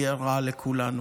יהיה רע לכולנו.